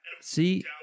see